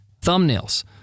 thumbnails